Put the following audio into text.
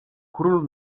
król